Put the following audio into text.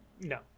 no